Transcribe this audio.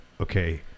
okay